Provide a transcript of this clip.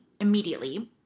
immediately